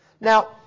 Now